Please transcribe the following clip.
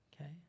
Okay